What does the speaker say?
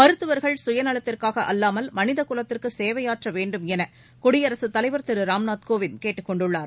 மருத்துவர்கள் சுயநலத்திற்காக அல்லாமல் மனிதகுலத்திற்கு சேவையாற்ற வேண்டும் என குடியரசுத்தலைவர் திரு ராம்நாத் கோவிந்த் கேட்டுக்கொண்டுள்ளார்